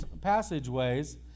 passageways